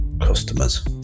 customers